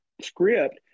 script